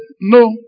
no